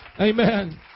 Amen